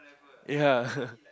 ya